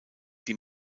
die